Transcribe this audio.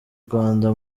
rwanda